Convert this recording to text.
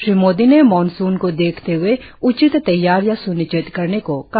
श्री मोदी ने मॉनसून को देखते हए उचित तैयारियां स्निश्चित करने को कहा